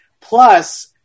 plus